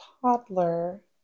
toddler